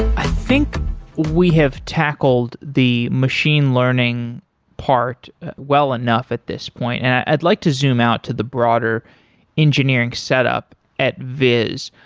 i think we have tackled the machine learning part well enough at this point. and i'd like to zoom out to the broader engineering setup at viz.